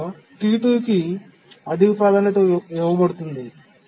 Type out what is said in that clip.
ఇక్కడ T2 కి అధిక ప్రాధాన్యత ఇవ్వబడుతుంది